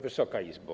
Wysoka Izbo!